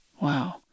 Wow